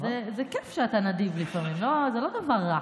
זה כיף שאתה נדיב לפעמים, זה לא דבר רע.